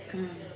mm